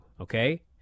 okay